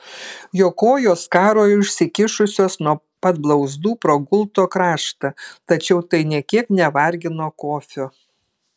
jo kojos karojo išsikišusios nuo pat blauzdų pro gulto kraštą tačiau tai nė kiek nevargino kofio